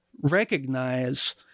recognize